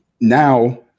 Now